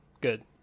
Good